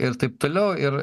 ir taip toliau ir